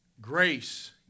Grace